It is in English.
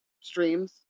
streams